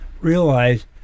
realize